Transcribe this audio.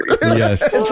Yes